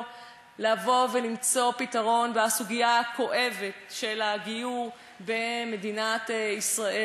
לבוא ולמצוא פתרון בסוגיה הכואבת של הגיור במדינת ישראל.